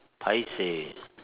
paiseh